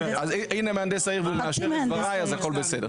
הנה מהנדס העיר והוא מאשר את דבריי אז הכל בסדר.